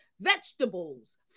vegetables